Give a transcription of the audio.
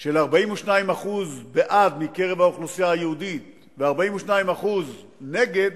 של 42% בעד מקרב האוכלוסייה היהודית ו-42% נגד